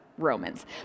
Romans